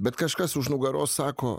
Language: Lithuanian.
bet kažkas už nugaros sako